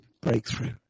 breakthrough